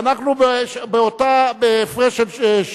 הגישה הצעת חוק, ואנחנו בהפרש של שניות